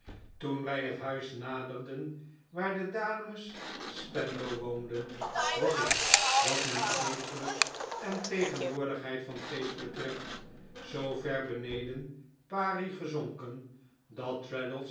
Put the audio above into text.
toen wij het huis naderden waar de dames spenlow woonden was ik wat mijn uiterlijk en tegenwoordigheid van geest betreft zoo ver beneden pari gezonken dat